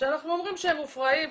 שאנחנו אומרים שהם מופרעים,